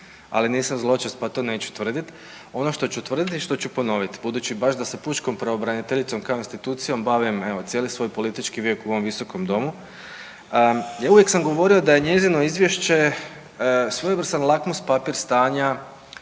ali nisam zločest pa to neću tvrdit. Ono što ću tvrdit i što ću ponovit, budući baš da sa pučkom pravobraniteljicom kao institucijom bavim cijeli svoj politički vijek u ovom Visokom domu, uvijek sam govorio da je njezino izvješće svojevrstan lakmus papir stanja